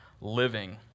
living